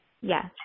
Yes